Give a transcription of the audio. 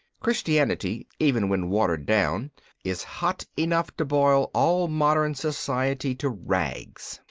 christianity even when watered down is hot enough to boil all modern society to rags.